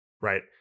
right